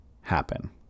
happen